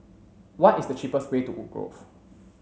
what is the cheapest way to Woodgrove